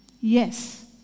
Yes